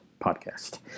podcast